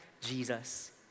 Jesus